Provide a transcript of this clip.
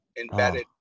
embedded